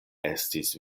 estis